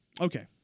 Okay